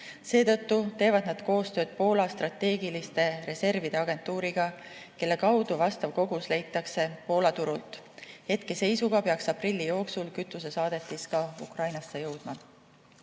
Seetõttu teeb keskus koostööd Poola strateegiliste reservide agentuuriga, kelle kaudu vajalik kogus leitakse Poola turult. Hetkeseisuga peaks aprilli jooksul kütusesaadetis Ukrainasse jõudma.